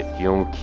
you.